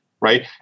Right